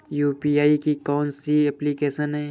UPI की कौन कौन सी एप्लिकेशन हैं?